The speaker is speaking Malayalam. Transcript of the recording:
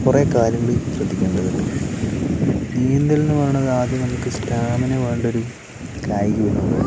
കുറേ കാര്യങ്ങൾ ശ്രദ്ധിക്കേണ്ടതുണ്ട് നീന്തല് എന്ന് പറയണത് ആദ്യം നമുക്ക് സ്റ്റാമിന വേണ്ടൊരു കായിക വിനോദമാണ്